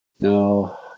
no